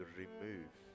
remove